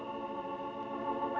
or